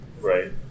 Right